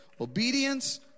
Obedience